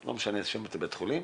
לא משנה באיזה בית חולים